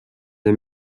the